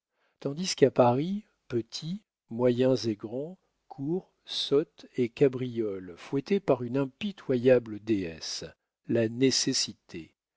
tandis qu'à paris petits moyens et grands courent sautent et cabriolent fouettés par une impitoyable déesse la nécessité